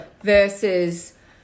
versus